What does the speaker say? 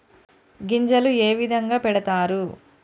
గింజలు ఏ విధంగా పెడతారు?